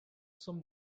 some